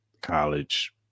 college